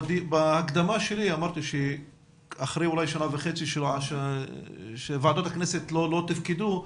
בהקדמה שלי אמרתי שאחרי אולי שנה וחצי שוועדות הכנסת לא תפקדו,